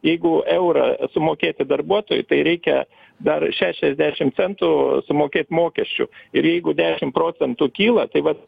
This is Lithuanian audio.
jeigu eurą sumokėti darbuotojui tai reikia dar šešiasdšim centų sumokėt mokesčių ir jeigu dešim procentų kyla tai vat